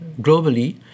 globally